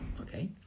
Okay